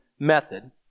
method